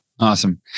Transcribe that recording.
Awesome